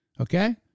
Okay